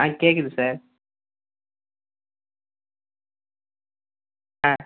ஆ கேட்குது சார் ஆ